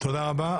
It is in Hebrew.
תודה רבה.